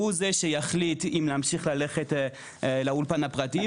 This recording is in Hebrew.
הוא זה שיחליט אם להמשיך ללכת לאולפן הפרטי,